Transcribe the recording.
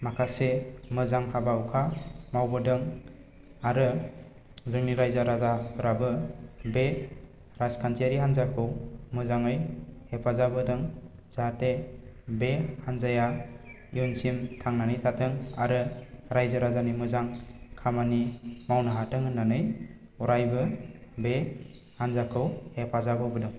माखासे मोजां हाबा हुखा मावबोदों आरो जोंनि रायजो राजाफोराबो बे राजखान्थियारि हान्जाखौ मोजाङै हेफाजाब होदों जाहाथे बे हान्जाया इयुनसिम थांनानै थाथों आरो रायजो राजानि मोजां खामानि मावनो हाथों होननानै अरायबो बे हान्जाखौ हेफाजाब होबोदों